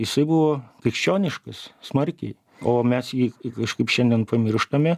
jisai buvo krikščioniškas smarkiai o mes jį kažkaip šiandien pamirštame